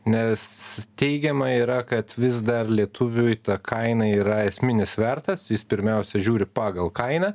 nes teigiama yra kad vis dar lietuviui ta kaina yra esminis svertas jis pirmiausia žiūri pagal kainą